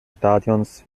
stadions